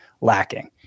lacking